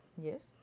Yes